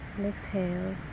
exhale